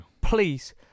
Please